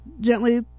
gently